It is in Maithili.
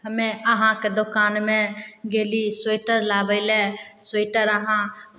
हमे अहाँके दोकानमे गेली स्वेटर लाबय लेल स्वेटर अहाँ